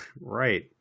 Right